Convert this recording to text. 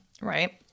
right